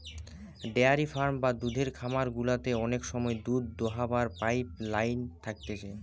dairy farm বা দুধের খামার গুলাতে অনেক সময় দুধ দোহাবার পাইপ লাইন থাকতিছে